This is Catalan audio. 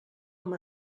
amb